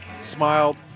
smiled